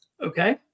okay